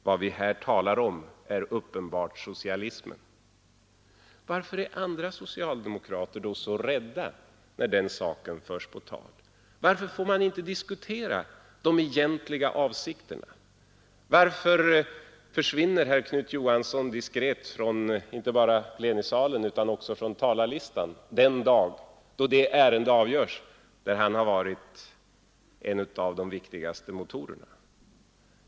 Vad vi här talar om är uppenbart socialismen.” Varför är andra socialdemokrater då så rädda när den saken förs på tal? Varför får man inte diskutera de egentliga avsikterna? Varför försvinner herr Knut Johansson diskret inte bara från plenisalen utan även från talarlistan den dag då det ärende avgörs där han har varit en av de viktigaste motorerna?